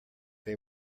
they